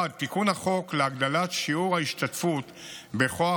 1. תיקון החוק להגדלת שיעור ההשתתפות בכוח